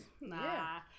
nah